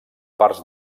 parts